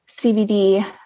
CBD